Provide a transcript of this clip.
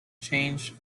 changed